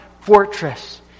fortress